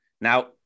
Now